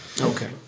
okay